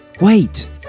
Wait